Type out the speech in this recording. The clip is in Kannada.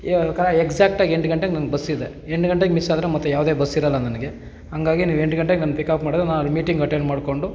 ಕರ ಎಕ್ಸಾಕ್ಟಾಗಿ ಎಂಟು ಗಂಟೆಗೆ ನಂಗೆ ಬಸ್ಸಿದೆ ಎಂಟು ಗಂಟೆಗೆ ಮಿಸ್ಸಾದ್ರೆ ಮತ್ತೆ ಯಾವುದೇ ಬಸ್ಸಿರೋಲ್ಲ ನನಗೆ ಹಂಗಾಗಿ ನೀವು ಎಂಟು ಗಂಟೆಗೆ ನನ್ನ ಪಿಕಪ್ ಮಾಡಿದ್ರೆ ನಾನು ಅಲ್ಲಿ ಮೀಟಿಂಗ್ ಅಟೆಂಡ್ ಮಾಡಿಕೊಂಡು